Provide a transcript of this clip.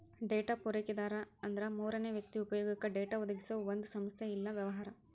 data ಪೂರೈಕೆದಾರ ಅಂದ್ರ ಮೂರನೇ ವ್ಯಕ್ತಿ ಉಪಯೊಗಕ್ಕ ಡೇಟಾ ಒದಗಿಸೊ ಒಂದ್ ಸಂಸ್ಥಾ ಇಲ್ಲಾ ವ್ಯವಹಾರ